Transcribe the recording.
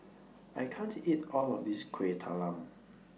I can't eat All of This Kueh Talam